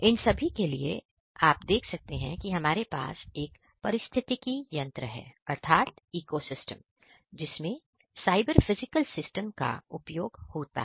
इन सभी के लिए आप देख सकते हैं कि हमारे पास एक परिस्थितिकी तंत्र है अर्थात इकोसिस्टम है जिसमें साइबर फिजिकल सिस्टम्स का उपयोग हो सकता है